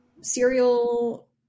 serial